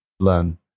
learn